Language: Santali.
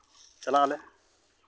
ᱪᱟᱞᱟᱜ ᱟᱞᱮ